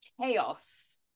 chaos